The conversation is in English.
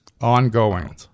ongoing